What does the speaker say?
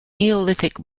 neolithic